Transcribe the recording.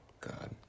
God